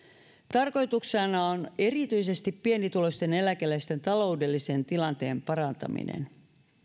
tarkoituksena on erityisesti pienituloisten eläkeläisten taloudellisen tilanteen parantaminen